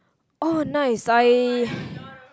oh nice I